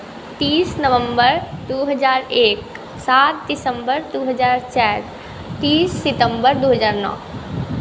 तीस नवम्बर दू हजार एक सात दिसम्बर दू हजार चारि तीस सितम्बर दू हजार नओ